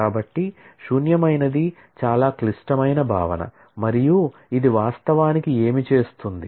కాబట్టి శూన్యమైనది చాలా క్లిష్టమైన భావన మరియు ఇది వాస్తవానికి ఏమి చేస్తుంది